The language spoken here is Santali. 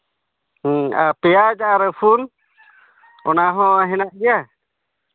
ᱦᱮᱸ ᱟᱨ ᱯᱮᱭᱟᱡᱽ ᱟᱨ ᱨᱟᱹᱥᱩᱱ ᱚᱱᱟ ᱦᱚᱸ ᱦᱮᱱᱟᱜ ᱜᱮᱭᱟ